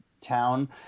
town